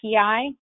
API